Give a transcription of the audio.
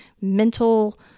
mental